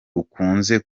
ukunze